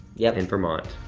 yeah. in vermont.